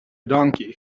donkey